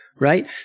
right